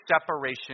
separation